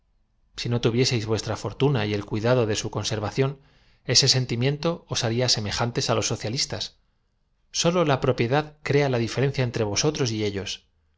si no tuvieseis vuestra fortuna y el cuida do de su conservación ese sentimiento os haría seme íantes á loa socialistas sólo la propiedad crea la dife rencia entre vosotros y ellos